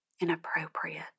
inappropriate